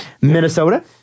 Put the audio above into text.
Minnesota